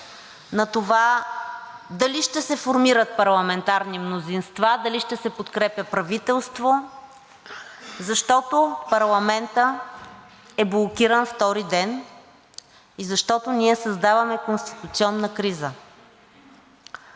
на това дали ще се формират парламентарни мнозинства, дали ще се подкрепя правителство, защото парламентът е блокиран втори ден и защото ние създаваме конституционна криза.